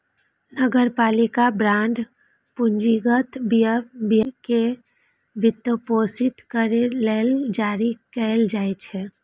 नगरपालिका बांड पूंजीगत व्यय कें वित्तपोषित करै लेल जारी कैल जाइ छै